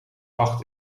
acht